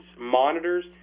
monitors